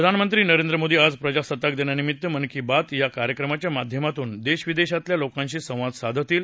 प्रधानमंत्री नरेंद्र मोदी आज प्रजासत्ताक दिनानिमित्त मन की बात या कार्यक्रमाच्या माध्यमातून देश विदेशातल्या लोकांशी संवाद साधतील